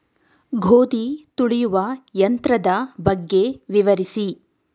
ಗೋಧಿ ತುಳಿಯುವ ಯಂತ್ರದ ಬಗ್ಗೆ ವಿವರಿಸಿ?